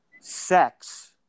sex